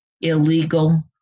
illegal